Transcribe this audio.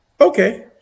okay